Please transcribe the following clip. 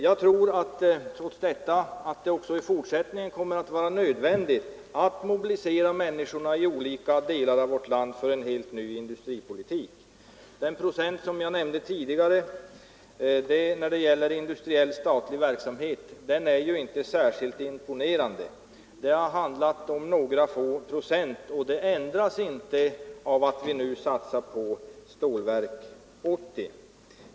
Jag tror att det även i fortsättningen kommer att vara nödvändigt att mobilisera människorna i olika delar av vårt land för en helt ny industripolitik. Den procentsats jag tidigare nämnde när det gäller den statliga industriella verksamheten är inte särskilt imponerande. Det handlar om några få procent, och det förhållandet ändras inte av att vi nu satsar på Stålverk 80.